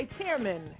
Chairman